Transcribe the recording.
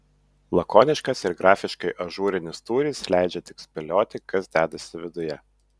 lakoniškas ir grafiškai ažūrinis tūris leidžia tik spėlioti kas dedasi viduje